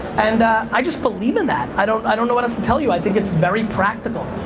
and i just believe in that. i don't i don't know what else to tell you i think it's very practical.